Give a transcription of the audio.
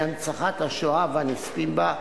הוא הנצחת השואה והנספים בה,